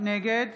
נגד